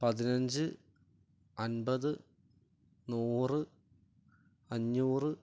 പതിനഞ്ച് അൻപത് നൂറ് അഞ്ഞൂറ്